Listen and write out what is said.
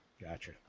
Gotcha